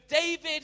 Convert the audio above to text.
David